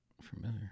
familiar